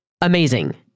Amazing